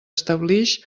establix